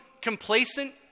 complacent